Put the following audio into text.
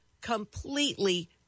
completely